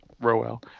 Rowell